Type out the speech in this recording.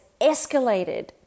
escalated